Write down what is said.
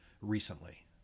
recently